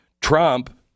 Trump